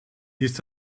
ist